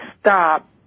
stop